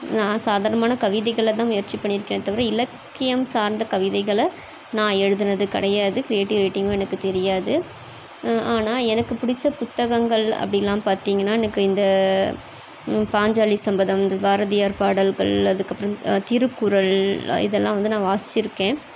நான் சாதாரணமான கவிதைகள தான் முயற்சி பண்ணிருக்கேன்னே தவிர இலக்கியம் சார்ந்த கவிதைகளை நான் எழுதுனது கிடையாது க்ரியேட்டிவ் ரைட்டிங்கும் எனக்கு தெரியாது ஆனால் எனக்கு பிடிச்ச புத்தகங்கள் அப்படிலாம் பார்த்திங்கன்னா எனக்கு இந்த பாஞ்சாலி சபதம் இந்த பாரதியார் பாடல்கள் அதற்கப்பறம் திருக்குறள் இதெல்லாம் வந்து நான் வாசிச்சுருக்கேன்